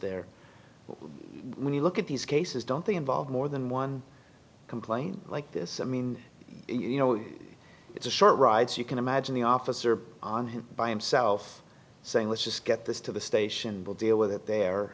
there when you look at these cases don't the involve more than one complaint like this i mean you know it's a short ride so you can imagine the officer on him by himself saying let's just get this to the station will deal with it